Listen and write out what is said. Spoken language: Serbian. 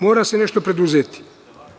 Mora se nešto preduzeti.